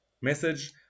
message